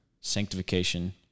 Sanctification